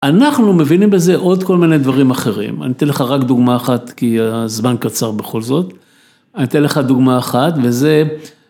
אנחנו מבינים בזה עוד כל מיני דברים אחרים, אני אתן לך רק דוגמא אחת, כי הזמן קצר בכל זאת, אני אתן לך דוגמא אחת וזה...